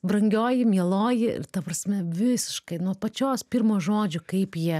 brangioji mieloji ta prasme visiškai nuo pačios pirmo žodžio kaip jie